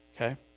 Okay